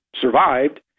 survived